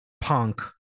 Punk